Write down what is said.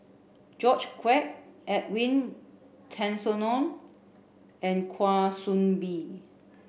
George Quek Edwin Tessensohn and Kwa Soon Bee